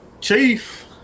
Chief